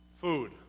Food